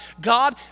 God